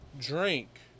drink